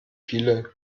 viele